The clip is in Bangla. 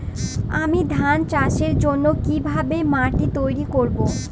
আমি ধান চাষের জন্য কি ভাবে মাটি তৈরী করব?